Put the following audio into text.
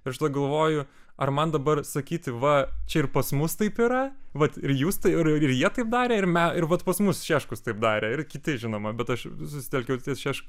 ir aš tada galvoju ar man dabar sakyti va čia ir pas mus taip yra vat ir jūs ir jie taip darė ir me ir vat pas mus šeškus taip darė ir kiti žinoma bet aš susitelkiau ties šeškum